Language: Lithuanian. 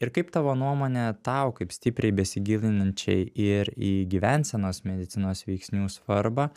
ir kaip tavo nuomone tau kaip stipriai besigilinančiai ir į gyvensenos medicinos veiksnių svarbą